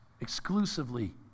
exclusively